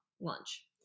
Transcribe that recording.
lunch